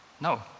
No